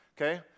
okay